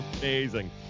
Amazing